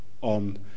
on